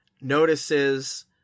notices